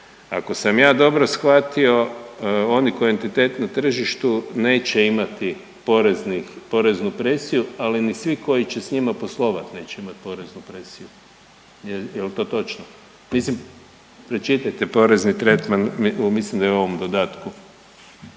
ako sam ja dobro shvatio, oni kao entitet na tržištu neće imati poreznu presiju, ali ni svi koji će s njima poslovati neće imati poreznu presiju. Je li to točno? Mislim, pročitajte porezni tretman, mislim da je u ovom dodatku.